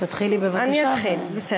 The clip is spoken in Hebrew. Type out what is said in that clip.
תתחילי בבקשה, אני אתחיל, בסדר.